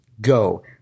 go